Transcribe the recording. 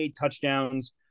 touchdowns